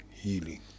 healing